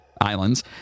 Islands